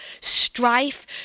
strife